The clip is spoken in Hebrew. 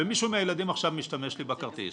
מישהו מהילדים עכשיו משתמש לי בכרטיס,